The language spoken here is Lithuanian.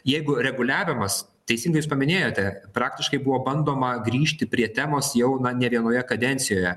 jeigu reguliavimas teisingai jūs paminėjote praktiškai buvo bandoma grįžti prie temos jau na ne vienoje kadencijoje